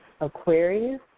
Aquarius